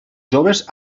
joves